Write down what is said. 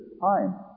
time